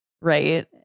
Right